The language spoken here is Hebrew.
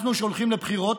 אנחנו, שהולכים לבחירות,